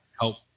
help